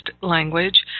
language